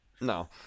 no